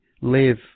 live